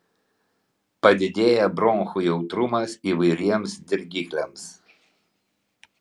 padidėja bronchų jautrumas įvairiems dirgikliams